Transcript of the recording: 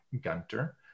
Gunter